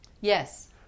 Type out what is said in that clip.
Yes